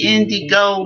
Indigo